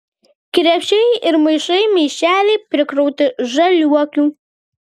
krepšiai ir maišai maišeliai prikrauti žaliuokių